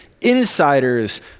insiders